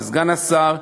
לסגן השר,